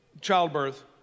childbirth